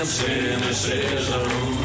cynicism